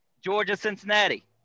Georgia-Cincinnati